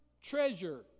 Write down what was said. treasure